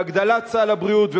בהגדלת סל הבריאות,